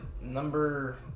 Number